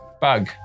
bug